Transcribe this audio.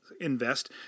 invest